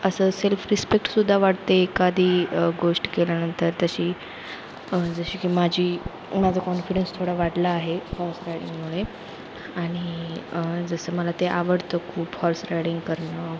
असं self respect सुद्धा वाटते एखादी गोष्ट केल्यानंतर तशी जशी की माझी माझा कॉन्फिडन्स थोडा वाढला आहे हॉर्स रायडिंगमुळे आणि जसं मला ते आवडतं खूप हॉर्स रायडिंग करणं